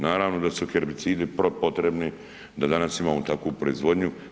Naravno da su herbicidi potrebni, da danas imamo takvu proizvodnju.